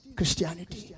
Christianity।